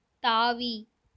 தாவி